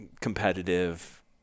competitive